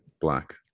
black